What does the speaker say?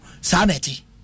sanity